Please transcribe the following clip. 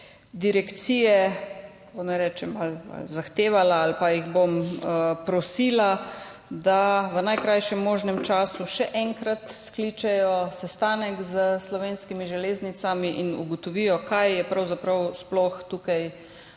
direkcije, kako naj rečem, zahtevala ali pa jih bom prosila, da v najkrajšem možnem času še enkrat skličejo sestanek s Slovenskimi železnicami in ugotovijo, kaj je pravzaprav sploh tukaj